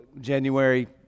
January